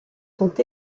sont